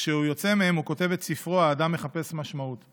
וכשהוא יוצא מהם הוא כותב את ספרו "האדם מחפש משמעות",